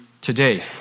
today